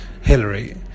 Hillary